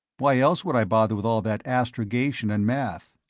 why else would i bother with all that astrogation and math?